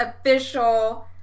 official